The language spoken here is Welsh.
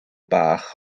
bach